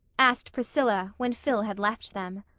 asked priscilla, when phil had left them.